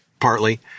partly